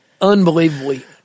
unbelievably